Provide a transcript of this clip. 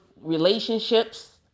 relationships